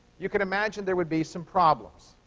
you could imagine there would be some problems.